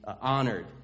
honored